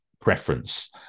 preference